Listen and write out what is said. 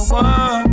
one